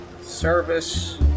Service